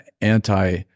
anti